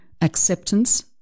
acceptance